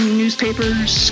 newspapers